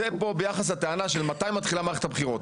זה פה ביחס לטענה של מתי מתחילה מערכת הבחירות.